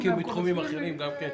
מכיר בתחומים אחרים גם כן.